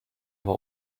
war